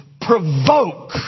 provoke